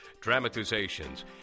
dramatizations